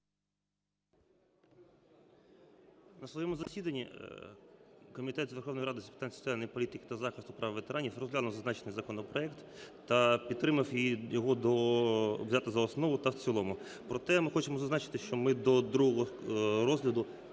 На своєму засіданні Комітет Верховної Ради з питань соціальної політики та захисту прав ветеранів розглянув зазначений законопроект та підтримав його до… взяти за основу та в цілому. Проте ми хочемо зазначити, що ми до другого розгляду